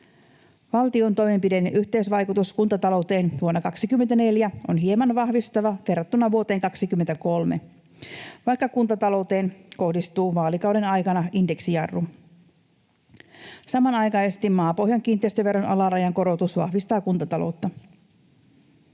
Valtion toimenpiteiden yhteisvaikutus kuntatalouteen vuonna 24 on hieman vahvistava verrattuna vuoteen 23, vaikka kuntatalouteen kohdistuu vaalikauden aikana indeksijarru. Samanaikaisesti maapohjan kiinteistöveron alarajan korotus vahvistaa kuntataloutta.